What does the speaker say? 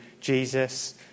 Jesus